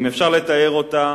אם אפשר לתאר אותה,